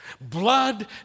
Blood